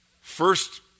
First